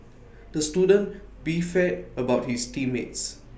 the student beefed about his team mates